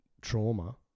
trauma